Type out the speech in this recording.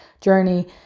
journey